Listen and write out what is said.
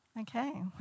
Okay